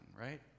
right